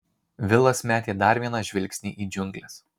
vilas metė dar vieną žvilgsnį į džiungles